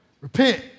Repent